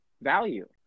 value